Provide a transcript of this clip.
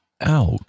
Out